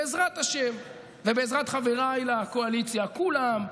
בעזרת השם ובעזרת חבריי לקואליציה, כולם,